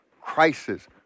crisis